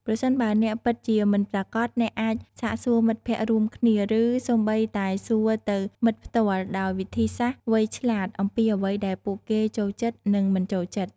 ប្រសិនបើអ្នកពិតជាមិនប្រាកដ អ្នកអាចសាកសួរមិត្តភក្តិរួមគ្នា ឬសូម្បីតែសួរទៅមិត្តផ្ទាល់ ដោយវិធីសាស្រ្តវៃឆ្លាត អំពីអ្វីដែលពួកគេចូលចិត្ត និងមិនចូលចិត្ត។